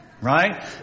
right